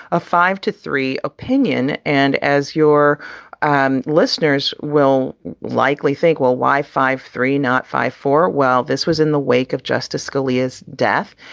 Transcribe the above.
a five to three opinion and as your and listeners will likely think, well, why five three, not five four? well, this was in the wake of justice scalia's death.